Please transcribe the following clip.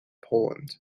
poland